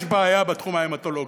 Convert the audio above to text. יש בעיה בתחום ההמטולוגי.